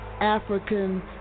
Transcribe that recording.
African